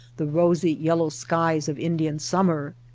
the rosy yellow skies of indian summer!